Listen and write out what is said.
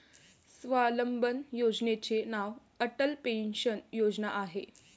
स्वावलंबन योजनेचे नाव अटल पेन्शन योजना आहे